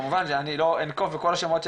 כמובן שאני לא אנקוב בכל השמות של